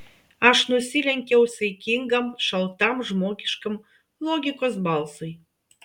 aš nusilenkiau saikingam šaltam žmogiškam logikos balsui